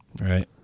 Right